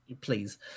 Please